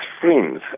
friends